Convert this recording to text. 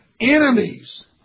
enemies